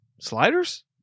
sliders